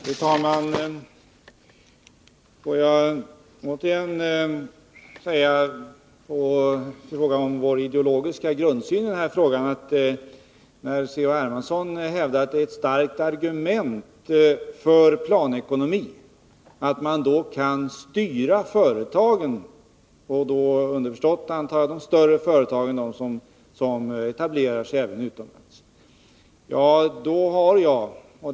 Fru talman! Får jag återigen säga, beträffande vår ideologiska grundsyn i denna fråga, att när C.-H. Hermansson hävdar att det är ett starkt argument för planekonomi att man i en sådan kan styra företagen — underförstått, antar jag, de större företagen, som etablerar sig även utomlands — har jag en motsatt uppfattning.